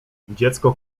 dziecko